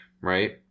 right